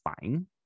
fine